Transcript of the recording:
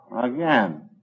Again